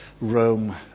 Rome